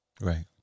right